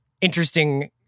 interesting